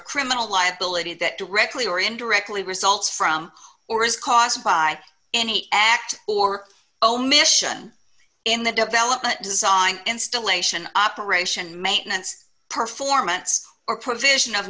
criminal liability that directly or indirectly results from or is caused by any act or omission in the development design installation operation maintenance performance or provision of